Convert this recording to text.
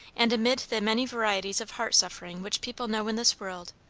and amid the many varieties of heart-suffering which people know in this world,